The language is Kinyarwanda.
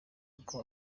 uko